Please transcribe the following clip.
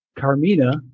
Carmina